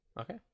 Okay